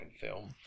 film